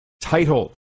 title